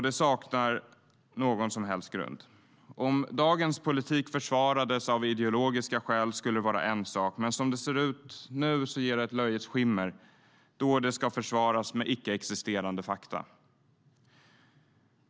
Det saknar någon som helst grund. Om dagens politik försvarades av ideologiska skäl skulle det vara en sak. Men som det ser ut nu ger det ett löjets skimmer då den ska försvaras med icke-existerande fakta.